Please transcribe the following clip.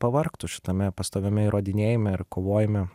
pavargtų šitame pastoviame įrodinėjime ir kovojime